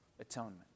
atonement